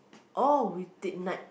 or we take night